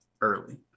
early